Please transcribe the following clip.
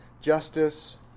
justice